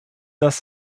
das